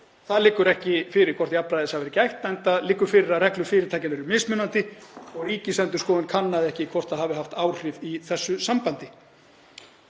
Það liggur ekki fyrir hvort jafnræðis hafi verið gætt, enda liggur fyrir að reglur fyrirtækja eru mismunandi og Ríkisendurskoðun kannaði ekki hvort það hefði haft áhrif í þessu sambandi.